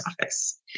office